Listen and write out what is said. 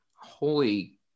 Holy